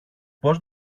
πώς